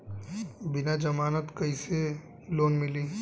बिना जमानत क कइसे लोन मिली?